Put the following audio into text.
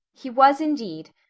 he was, indeed.